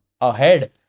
ahead